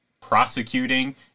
prosecuting